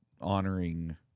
honoring